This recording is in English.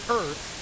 earth